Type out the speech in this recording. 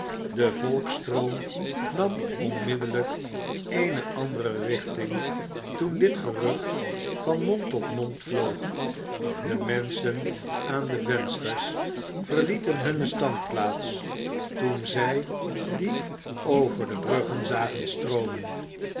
de volksstroom nam onmiddellijk eene andere richting toen dit gerucht van mond tot mond vloog de menschen aan de vensters verlieten hunne standplaats toen zij die over de bruggen zagen stroomen